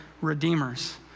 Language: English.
redeemers